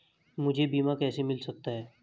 मुझे बीमा कैसे मिल सकता है?